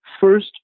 first